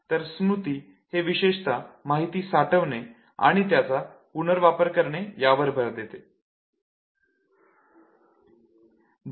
तर स्मृती हे विशेषता माहिती साठवणे आणि त्याचा पुनरवापर करणे यावर भर देते